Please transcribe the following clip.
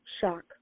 shock